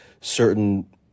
certain